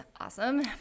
awesome